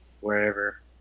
wherever